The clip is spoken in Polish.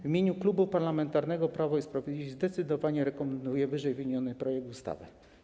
W imieniu Klubu Parlamentarnego Prawo i Sprawiedliwość zdecydowanie rekomenduję ww. projekt ustawy.